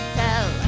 tell